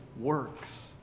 works